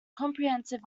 comprehensive